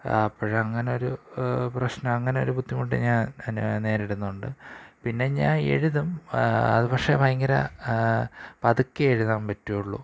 അപ്പം അങ്ങനെ ഒരു പ്രശ്നം അങ്ങനെ ഒരു ബുദ്ധിമുട്ട് ഞാൻ പിന്നെ നേരിടുന്നുണ്ട് പിന്നെ ഞാൻ എഴുതും അത് പക്ഷേ ഭയങ്കര പതുക്കെ എഴുതാൻ പറ്റുള്ളൂ